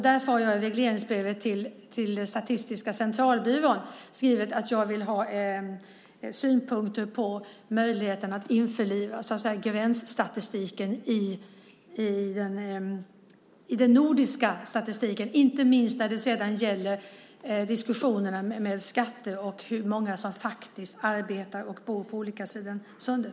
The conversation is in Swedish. Därför har jag i regleringsbrevet till Statistiska centralbyrån skrivit att jag vill ha synpunkter på möjligheten att införliva gränsstatistiken i den nordiska statistiken, inte minst när det sedan gäller skatterna och hur många som faktiskt arbetar och bor på olika sidor om Sundet.